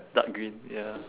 dark green ya